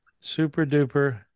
super-duper